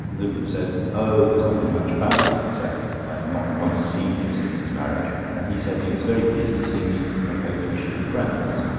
lupin said oh! there's nothing much about it, except i have not once seen him since his marriage, and he said he was very pleased to see me, and hoped we should be friends.